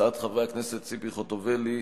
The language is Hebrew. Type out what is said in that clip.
הצעות חברי הכנסת ציפי חוטובלי,